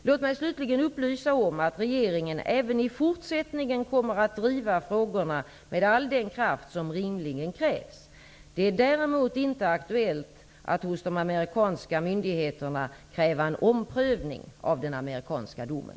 Låt mig slutligen upplysa om att regeringen även i fortsättningen kommer att driva frågorna med all den kraft som rimligen krävs. Det är däremot inte aktuellt att hos de amerikanska myndigheterna kräva en omprövning av den amerikanska domen.